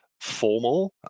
formal